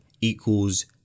equals